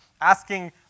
asking